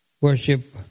Worship